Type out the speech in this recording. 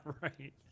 Right